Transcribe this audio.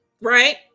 right